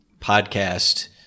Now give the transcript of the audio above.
podcast